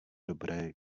dobré